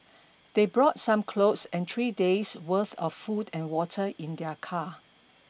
they brought some clothes and three days' worth of food and water in their car